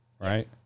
right